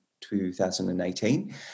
2018